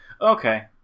okay